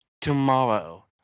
Tomorrow